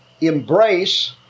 embrace